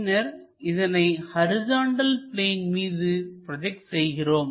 பின்னர் இதனை horizontal plane மீது ப்ரோஜெக்ட் செய்கிறோம்